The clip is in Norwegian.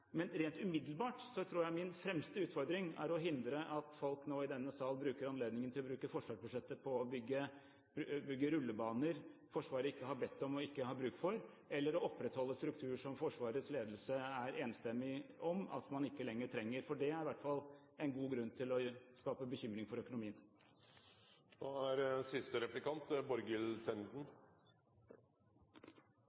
Men rent umiddelbart tror jeg min fremste utfordring er å hindre at folk nå i denne sal bruker anledningen til å bruke forsvarsbudsjettet på å bygge rullebaner Forsvaret ikke har bedt om – og ikke har bruk for – eller å opprettholde struktur som Forsvarets ledelse er enstemmig om at man ikke lenger trenger, for det er i hvert fall en god grunn til å skape bekymring for økonomien. Regjeringen planlegger en fremskutt operasjonsbase på Evenes, og flere i Venstre er